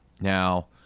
Now